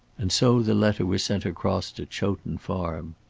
and so the letter was sent across to chowton farm.